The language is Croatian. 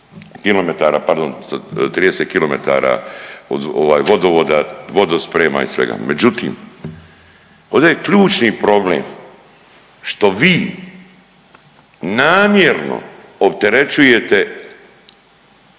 30 km vodovoda, vodosprema i svega. Međutim, ovdje je ključni problem što vi namjerno opterećujete